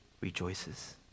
rejoices